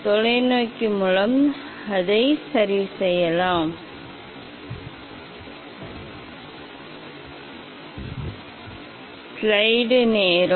நான் நினைக்கிறேன் எனவே நான் முதலில் பார்க்க வேண்டும் ஆம் அது இந்த நிலையில் உள்ளது